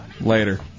later